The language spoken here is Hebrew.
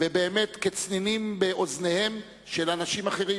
ובאמת לצנינים באוזניהם של אנשים אחרים,